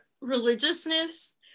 religiousness